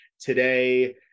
Today